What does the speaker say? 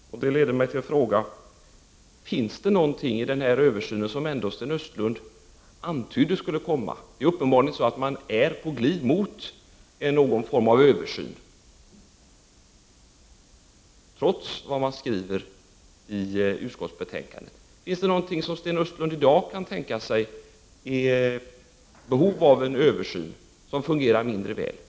Det leder mig till en fråga. Sten Östlund antydde ändå att översynen skulle komma —- uppenbarligen är man på glid mot någon form av översyn, trots vad man skriver i utskottsbetänkandet. Finns det någonting som Sten Östlund i dag kan tänka sig är i behov av en översyn, något som fungerar mindre väl?